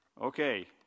Okay